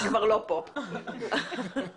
אנחנו כפופים לחוק.